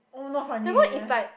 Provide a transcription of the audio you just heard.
never is like